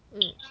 mm